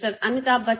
Amitabh Bachchan